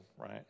right